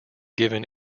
given